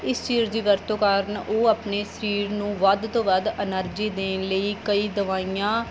ਇਸ ਚੀਜ਼ ਦੀ ਵਰਤੋਂ ਕਾਰਨ ਉਹ ਆਪਣੇ ਸਰੀਰ ਨੂੰ ਵੱਧ ਤੋਂ ਵੱਧ ਐਨਰਜੀ ਦੇਣ ਲਈ ਕਈ ਦਵਾਈਆਂ